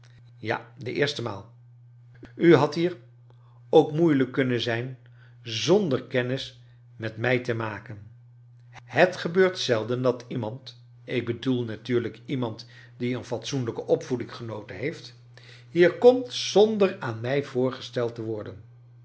ja de eerste maal u hadt hier ook moeilijk kunnen zijn zonder kennis met mij te maken het gebeurt zelden dat iemand ik bedoel natuurlijk iemand die een fatsoenlijke opvoeding genoten heeft hier komt zonder aan mij voorgesteld te worden